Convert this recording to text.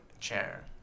chair